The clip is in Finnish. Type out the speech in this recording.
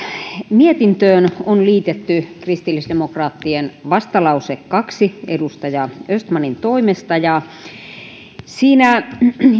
mietintöön on liitetty kristillisdemokraattien vastalause kaksi edustaja östmanin toimesta siinä